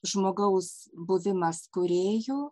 žmogaus buvimas kūrėju